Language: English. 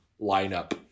lineup